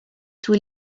tous